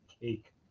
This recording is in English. cake